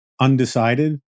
undecided